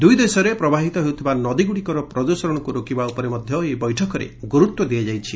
ଦୁଇ ଦେଶରେ ପ୍ରବାହିତ ହେଉଥିବା ନଦୀଗୁଡ଼ିକର ପ୍ରଦ୍ୟଷଣକୁ ରୋକିବା ଉପରେ ମଧ୍ୟ ଏହି ବୈଠକରେ ଗୁରୁତ୍ୱ ଦିଆଯାଇଛି